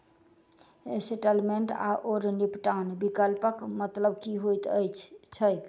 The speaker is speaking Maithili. सेटलमेंट आओर निपटान विकल्पक मतलब की होइत छैक?